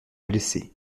blessé